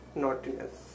naughtiness